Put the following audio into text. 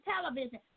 television